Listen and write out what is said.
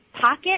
pocket